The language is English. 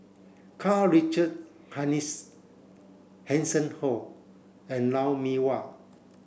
Karl Richard Hanitsch Hanson Ho and Lou Mee Wah